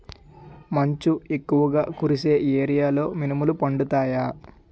మంచు ఎక్కువుగా కురిసే ఏరియాలో మినుములు పండుతాయా?